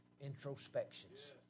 introspections